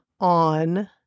on